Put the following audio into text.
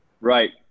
Right